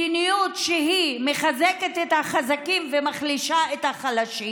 מדיניות שמחזקת את החזקים ומחלישה את החלשים.